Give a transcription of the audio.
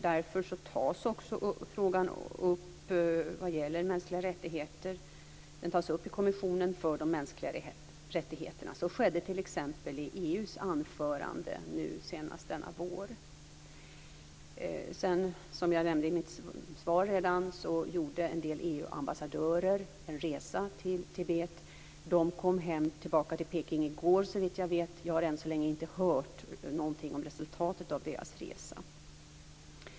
Därför tas också frågan upp i Kommissionen för de mänskliga rättigheterna. Så skedde t.ex. i EU:s anförande nu senast denna vår. Som jag nämnde i mitt svar gjorde en del EU ambassadörer en resa i Tibet. De kom tillbaka till Peking i går, såvitt jag vet. Jag har ännu inte hört någonting om resultatet av deras resa.